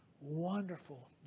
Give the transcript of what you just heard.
wonderful